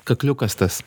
kakliukas tas